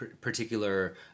particular